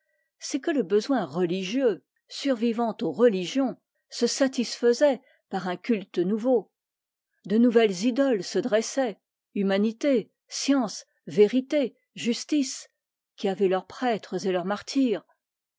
c'est que le besoin religieux survivant aux religions se satisfaisait par un culte nouveau de nouvelles idoles se dressaient des abstractions science vérité justice qui avaient leurs prêtres et leurs martyrs